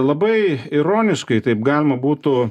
labai ironiškai taip galima būtų